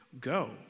Go